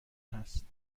هست